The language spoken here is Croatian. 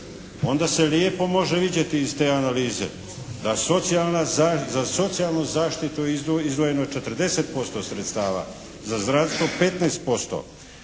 onda se lijepo može vidjeti iz te analize za socijalnu zaštitu izdvojeno je 40% sredstava, za zdravstvo 15%,